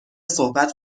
صحبت